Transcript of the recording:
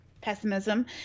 pessimism